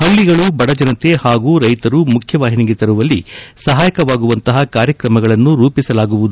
ಹಳ್ಳಿಗಳು ಬದಜನತೆ ಹಾಗೂ ರೈತರು ಮುಖ್ಯವಾಹಿನಿಗೆ ತರುವಲ್ಲಿ ಸಹಾಯಕವಾಗುವಂತಹ ಕಾರ್ಯಕ್ರಮಗಳನ್ನು ರೂಪಿಸಲಾಗುವುದು